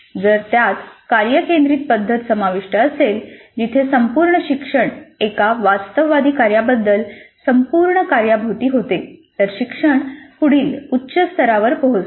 जर त्यात कार्य केंद्रित पद्धत समाविष्ट असेल जिथे संपूर्ण शिक्षण एका वास्तववादी कार्याबद्दल संपूर्ण कार्येभोवती होते तर शिक्षण पुढील उच्च स्तरावर पोहोचते